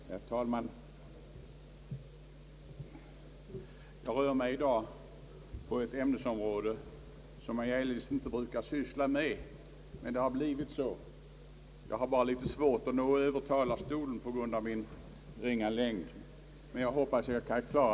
Herr talman! Jag rör mig i dag på ett ämnesområde som jag eljest inte brukar syssla med, men det har blivit så.